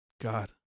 God